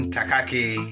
Takaki